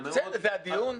זה הדיון?